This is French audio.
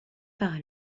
par